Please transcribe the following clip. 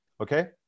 okay